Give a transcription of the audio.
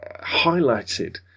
highlighted